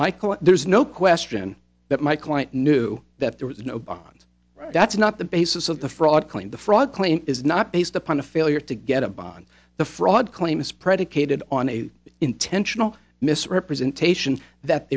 michael there's no question that my client knew that there was no bond that's not the basis of the fraud claim the fraud claim is not based upon a failure to get a bond the fraud claim is predicated on a intentional misrepresentation that